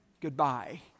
goodbye